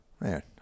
man